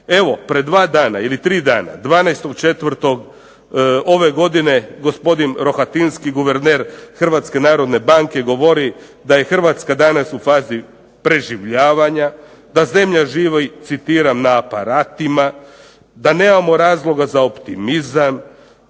Evo pred dva ili tri dana, 12.4. ove godine gospodin Rohatinski, guverner Hrvatske narodne banke, govori da je Hrvatska danas u fazi preživljavanja, da zemlja živi citiram: "na aparatima", da nemamo razloga za optimizam,